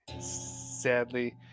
Sadly